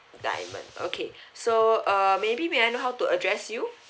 diamond okay so uh maybe may I know how to address you